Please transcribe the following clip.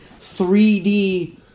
3D